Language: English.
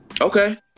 Okay